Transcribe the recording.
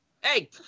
Hey